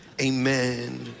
amen